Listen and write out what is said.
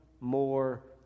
more